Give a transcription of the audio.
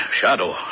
shadow